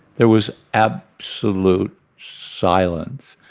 there was absolute silence.